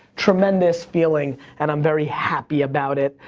tremendous feeling and i'm very happy about it.